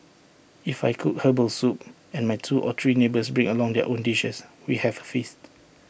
if I cook Herbal Soup and my two or three neighbours bring along their own dishes we have A feast